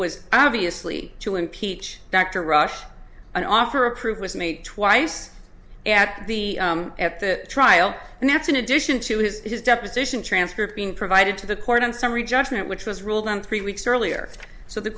was obviously to impeach dr rush and offer a proof was made twice at the at the trial and that's in addition to his his deposition transcript being provided to the court on summary judgment which was ruled on three weeks earlier so the